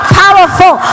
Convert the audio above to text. powerful